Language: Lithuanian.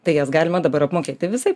tai jas galima dabar apmokėti visaip